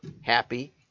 happy